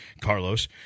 Carlos